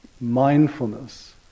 mindfulness